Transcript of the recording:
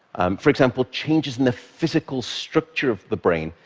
for example changes in the physical structure of the brain,